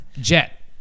Jet